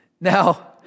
Now